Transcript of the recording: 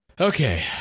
Okay